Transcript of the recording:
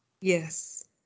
Yes